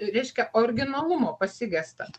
reiškia originalumo pasigesta